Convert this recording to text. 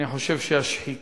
אני חושב שהשחיקה